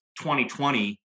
2020